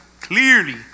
clearly